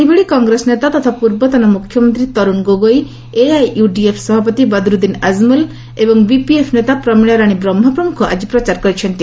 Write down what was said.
ସେହିଭଳି କଂଗ୍ରେସ ନେତା ତଥା ପୂର୍ବତନ ମୁଖ୍ୟମନ୍ତ୍ରୀ ତରୁଣ ଗୋଗୋଇ ଏଆଇୟୁଡିଏଫ ସଭାପତି ବଦରୁଦ୍ଧିନ ଆଜମଲ ଏବଂ ବିପିଏଫ ନେତା ପ୍ରମିଳାରାଣୀ ବ୍ରହ୍ମା ପ୍ରମୁଖ ପ୍ରଚାର କାର୍ଯ୍ୟ କରିଛନ୍ତି